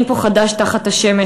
אין פה חדש תחת השמש.